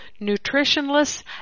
nutritionless